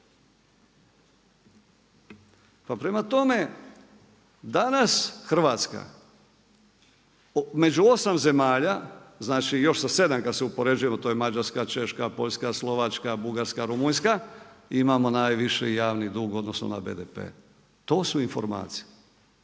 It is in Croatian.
Pa prema tome, danas Hrvatska među 8 zemalja, znači još sa 7 kada se uspoređujemo, to je Mađarska, Češka, Poljska, Slovačka, Bugarska, Rumunjska imamo najviši javni dug u odnosu na BDP. To su informacije.